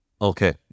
Okay